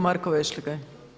Marko Vešligaj.